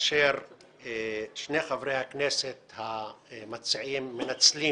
כאשר שני חברי הכנסת המציעים מנצלים